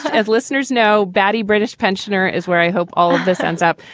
as listeners know, batty british pensioner is where i hope all of this ends up.